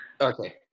Okay